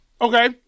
Okay